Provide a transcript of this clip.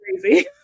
crazy